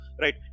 right